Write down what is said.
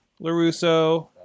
LaRusso